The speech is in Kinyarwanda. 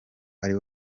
ari